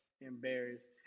embarrassed